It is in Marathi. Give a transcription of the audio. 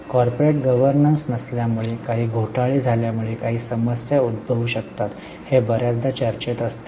कॉर्पोरेट गव्हर्नन्स नसल्यामुळे काही घोटाळे झाल्यामुळे काही समस्या उद्भवू शकतात हे बर्याचदा चर्चेत असते